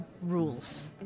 rules